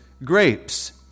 Grapes